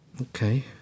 Okay